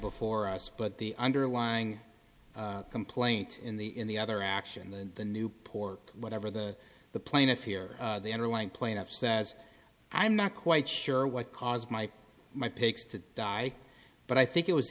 before us but the underlying complaint in the in the other action than the newport whatever that the plaintiff here the underlying plaintiff says i'm not quite sure what caused my my pics to die but i think it was